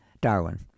Darwin